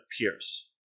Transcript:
Pierce